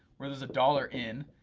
where there's a dollar in,